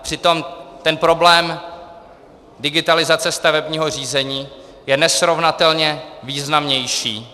Přitom ten problém digitalizace stavebního řízení je nesrovnatelně významnější.